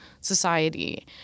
society